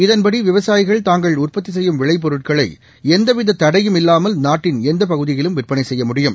இதன்படி விவசாயிகள் தாங்கள் உற்பத்தி செய்யும் விளைப் பொருட்களை எந்தவித தடையும் இல்லாமல் நாட்டின் எந்த பகுதியிலும் விற்பனை செய்ய முடியும்